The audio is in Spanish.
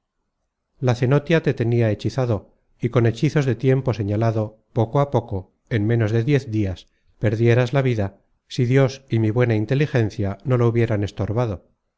la cenotia te tenia hechizado y con hechizos de tiempo señalado poco a poco en ménos de diez dias perdieras la vida si dios y mi buena inteligencia no lo hubieran estorbado